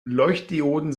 leuchtdioden